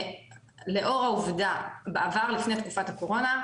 בעבר לפני תקופת הקורונה,